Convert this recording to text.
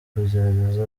kugerageza